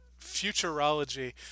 futurology